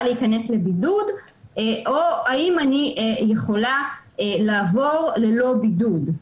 להיכנס לבידוד או האם אני יכולה לעבור ללא בידוד.